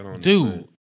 Dude